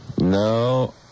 No